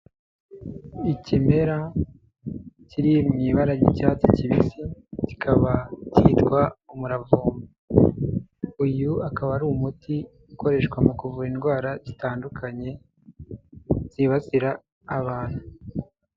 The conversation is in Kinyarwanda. Ikimera kiri mu ibara ry'icyatsi kibisi, kikaba cyitwa umuravmo. Uyu akaba ari umuti ukoreshwa mu kuvura indwara zitandukanye, zibasira abantu.